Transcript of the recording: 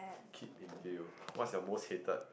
keep in view what is your most hated